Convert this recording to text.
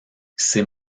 ces